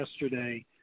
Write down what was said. yesterday